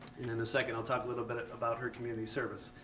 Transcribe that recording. in a second i'll talk a little bit about her community service.